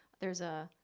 there's a,